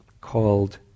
called